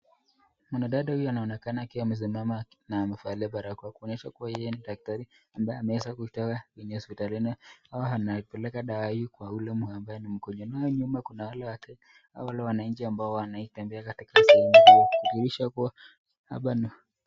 Mwanadada huyu ameweza kusimama na amevaa barakoa, kuonyesha kuwa yeye ni daktari ambaye ameweza kutoka kwenye hospitalini ama anaipeleka dawa kwa ule ambaye mgonjwa. Nayo nyuma kuna wale watu, wale wananchi wanaotembea katika sehemu hyo kuonyesha kuwa hapa ni.